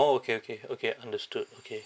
orh okay okay okay understood okay